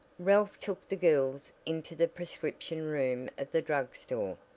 ralph took the girls into the prescription room of the drug store,